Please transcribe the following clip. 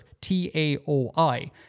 t-a-o-i